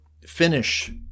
finish